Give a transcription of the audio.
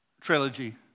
trilogy